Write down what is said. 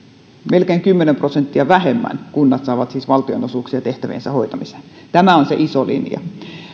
melkein kymmenen prosenttia vähemmän kunnat saavat siis valtionosuuksia tehtäviensä hoitamiseen tämä on se iso linja